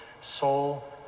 soul